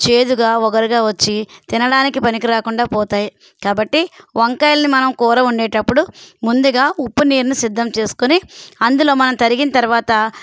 చేదుగా ఒగరుగా వచ్చి తినడానికి పనికిరాకుండా పోతాయి కాబట్టి వంకాయల్ని మనం కూర వండేటప్పుడు ముందుగా ఉప్పు నీరును సిద్ధం చేసుకుని అందులో మనం తరిగిన తరవాత